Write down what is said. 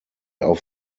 auf